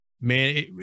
man